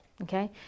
Okay